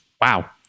wow